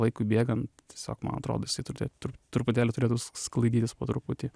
laikui bėgant tiesiog man atrodo jisai turėtų truputėlį turėtų sklaidytis po truputį